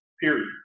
period